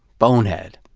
bonehead!